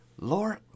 Lord